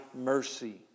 mercy